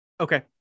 Okay